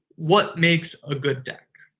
what makes a good deck?